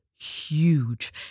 huge